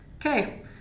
okay